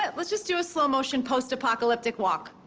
but let's just do a slow motion, post-apocalyptic walk.